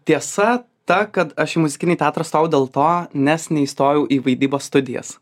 tiesa ta kad aš į muzikinį teatrą stojau dėl to nes neįstojau į vaidybos studijas